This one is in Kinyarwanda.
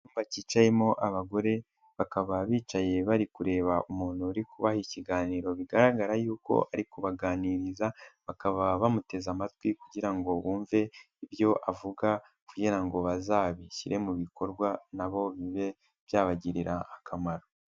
Icyumba kicayemo abagore, bakaba bicaye bari kureba umuntu uri kubaha ikiganiro bigaragara yuko ari kubaganiriza, bakaba bamuteze amatwi kugira ngo bumve ibyo avuga kugira ngo bazabishyire mu bikorwa, na bo bibe byabagirira akamaro.